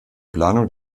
planung